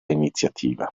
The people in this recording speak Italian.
iniziativa